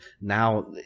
Now